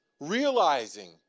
realizing